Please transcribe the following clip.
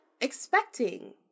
expecting